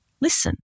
Listen